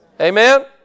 Amen